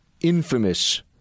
infamous